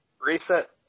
reset